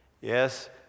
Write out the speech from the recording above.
yes